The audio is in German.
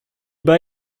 bei